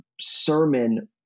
sermon